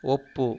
ಒಪ್ಪು